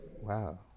wow